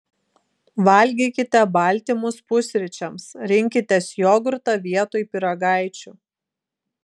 valgykite baltymus pusryčiams rinkitės jogurtą vietoj pyragaičių